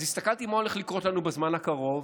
אז הסתכלתי מה הולך לקרות לנו בזמן הקרוב,